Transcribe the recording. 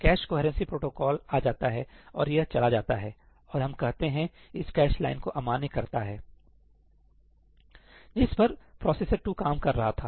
cash coherency protocol आ जाता है और यह चला जाता है और हम कहते हैं इस कैश लाइन को अमान्य करता है जिस पर प्रोसेसर 2 पर काम कर रहा था